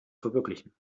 verwirklichen